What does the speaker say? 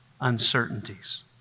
uncertainties